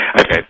Okay